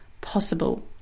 possible